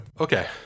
Okay